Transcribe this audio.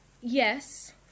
Yes